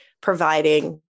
providing